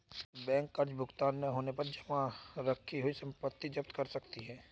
bank कर्ज भुगतान न होने पर जमा रखी हुई संपत्ति जप्त कर सकती है